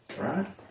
right